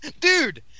Dude